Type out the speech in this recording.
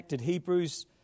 Hebrews